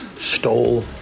stole